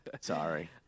Sorry